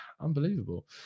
unbelievable